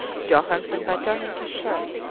johansen by turning his shirt.